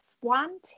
One